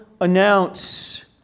announce